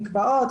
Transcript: מקוואות,